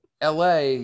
LA